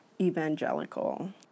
evangelical